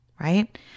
right